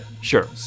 sure